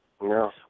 No